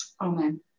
Amen